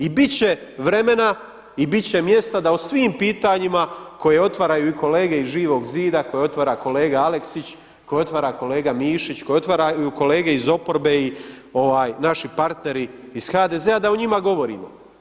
I bit će vremena i bit će mjesta da o svim pitanjima koje otvaraju i kolege iz Živog zida, koje otvara i kolega Aleksić, koje otvara kolega Mišić, koje otvaraju kolege iz oporbe i naši partneri iz HDZ-a da o njima govorimo.